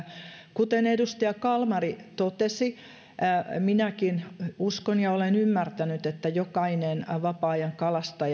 kuten edustaja kalmari totesi minäkin uskon ja olen ymmärtänyt että jokainen vapaa ajankalastaja